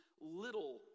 little